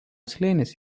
slėnis